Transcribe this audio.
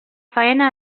faena